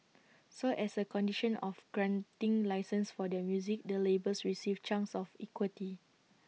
so as A condition of granting licences for their music the labels received chunks of equity